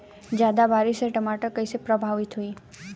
ज्यादा बारिस से टमाटर कइसे प्रभावित होयी?